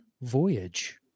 Voyage